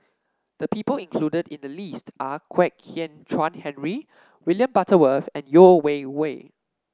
the people included in the list are Kwek Hian Chuan Henry William Butterworth and Yeo Wei Wei